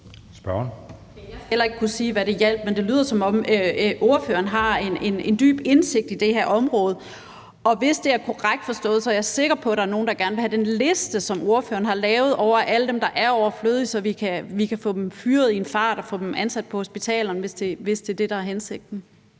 Jeg skal heller ikke kunne sige, hvad det hjalp. Men det lyder, som om ordføreren har en dyb indsigt i det her område. Og hvis det er korrekt forstået, er jeg sikker på, at der er nogen, der gerne vil have den liste, som ordføreren har lavet, over alle dem, der er overflødige, så vi kan få dem fyret i en fart og få dem ansat på hospitalerne, hvis det er det, der er hensigten.